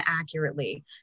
accurately